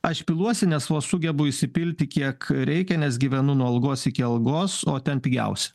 aš piluosi nes vos sugebu įsipilti kiek reikia nes gyvenu nuo algos iki algos o ten pigiausi